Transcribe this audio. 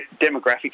demographic